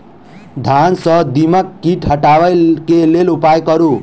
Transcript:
धान सँ दीमक कीट हटाबै लेल केँ उपाय करु?